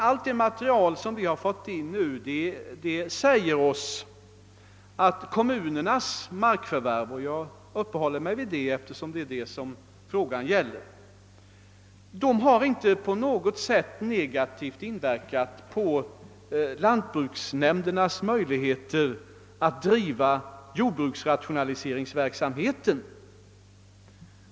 Allt det material som vi fått in säger oss att kommunernas markförvärv — jag uppehåller mig enbart vid dessa, eftersom det är dem som interpellationen gäller — inte på något sätt negativt har inverkat på lantbruksnämndernas möjligheter att driva jordbruksrationaliseringsverksamheten.